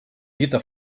dita